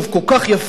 כל כך יפה,